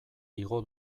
igo